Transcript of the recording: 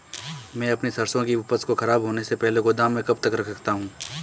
मैं अपनी सरसों की उपज को खराब होने से पहले गोदाम में कब तक रख सकता हूँ?